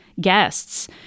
guests